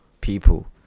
people